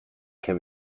can